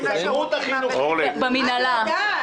במינהלה.